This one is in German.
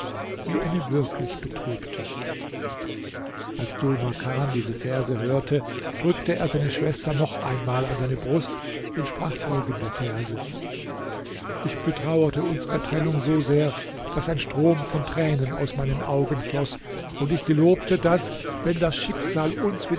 wie eine wirklich betrübte als dhul makan diese verse hörte drückte er seine schwester noch einmal an seine brust und sprach folgende verse ich betrauerte unsere trennung so sehr daß ein strom von tränen aus meinen augen floß und ich gelobte daß wenn das schicksal uns